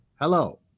Hello